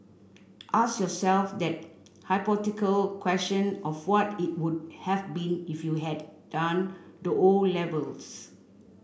ask yourself that hypothetical question of what it would have been if you had done the O levels